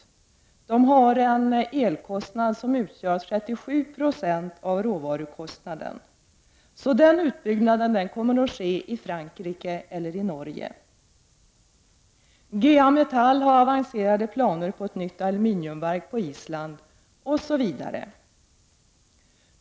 Företaget har en elkostnad som utgör 37 96 av råvarukostnaden, varför denna utbyggnad kommer att ske i Frankrike eller i Norge. GA-Metall har avancerade planer på ett nytt aluminiumverk i Island, osv.